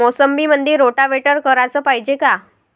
मोसंबीमंदी रोटावेटर कराच पायजे का?